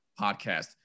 podcast